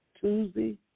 Tuesday